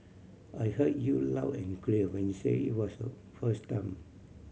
I heard you loud and clear when you said it was a first time